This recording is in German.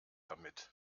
damit